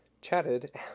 chatted